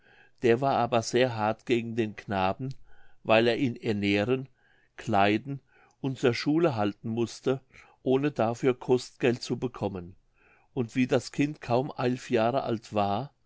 der war aber sehr hart gegen den knaben weil er ihn ernähren kleiden und zur schule halten mußte ohne dafür kostgeld zu bekommen und wie das kind kaum eilf jahre alt war